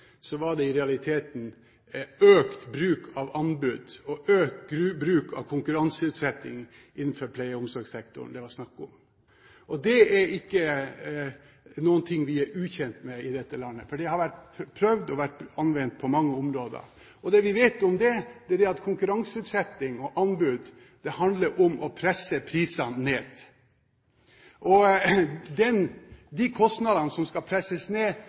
Så til mitt hovedpoeng. Den resepten representanten Per Arne Olsen forskrev her i sitt innlegg da han snakket om dynamikk og fleksibilitet, var i realiteten snakk om økt bruk av anbud og økt bruk av konkurranseutsetting innenfor pleie- og omsorgssektoren. Det er ikke noe vi er ukjent med i dette landet. Det har vært prøvd og anvendt på mange områder. Det vi vet om det, er at konkurranseutsetting og anbud handler om å presse prisene ned. De kostnadene som skal presses ned,